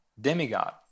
Demigod